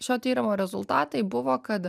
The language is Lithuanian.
šio tyrimo rezultatai buvo kad